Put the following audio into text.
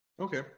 Okay